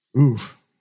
oof